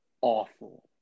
awful